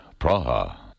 Praha